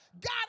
God